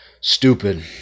Stupid